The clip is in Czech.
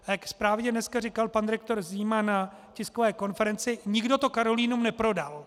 A jak správně dneska říkal pan rektor Zima na tiskové konferenci, nikdo to Karolinum neprodal.